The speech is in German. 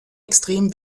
extrem